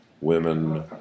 women